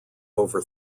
over